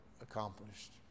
accomplished